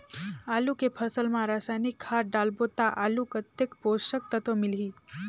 आलू के फसल मा रसायनिक खाद डालबो ता आलू कतेक पोषक तत्व मिलही?